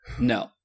No